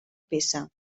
peça